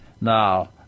Now